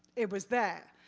it was there.